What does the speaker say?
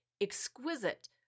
exquisite